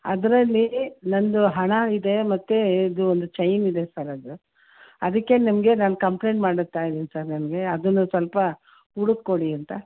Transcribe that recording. ಅದರಲ್ಲಿ ನಂದು ಹಣಾಯಿದೆ ಮತ್ತೆ ಇದು ಒಂದು ಚೈನಿದೆ ಸರ್ ಅದು ಅದಕ್ಕೆ ನಿಮಗೆ ನಾನು ಕಂಪ್ಲೇಂಟ್ ಮಾಡ್ತಾಯಿದ್ದೀನಿ ಸರ್ ನನಗೆ ಅದನ್ನು ಸ್ವಲ್ಪ ಹುಡಕಿ ಕೊಡಿ ಅಂತ